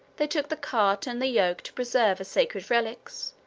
they took the cart and the yoke to preserve as sacred relics,